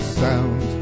sound